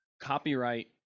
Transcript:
copyright